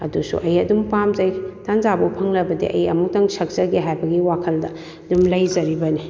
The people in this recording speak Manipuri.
ꯑꯗꯨꯁꯨ ꯑꯩ ꯑꯗꯨꯝ ꯄꯥꯝꯖꯩ ꯇꯥꯟꯖꯥꯕꯨ ꯐꯪꯂꯕꯗꯤ ꯑꯩ ꯑꯃꯨꯛꯇꯪ ꯁꯛꯆꯒꯦ ꯍꯥꯏꯕꯒꯤ ꯋꯥꯈꯜꯗ ꯑꯗꯨꯝ ꯂꯩꯖꯔꯤꯕꯅꯦ